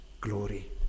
glory